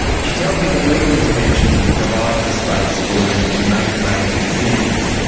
she tells me that legal intervention provides a space for women to make major decisions.